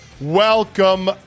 Welcome